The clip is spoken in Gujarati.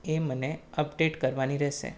એ મને અપડેટ કરવાની રહેશે